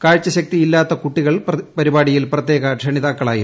കാഴ്ചശക്തിയില്ലാത്ത കുട്ടികൾ പരിപാടിയിൽ പ്രത്യേക ക്ഷണിതാക്കളായിരുന്നു